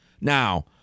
Now